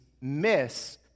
miss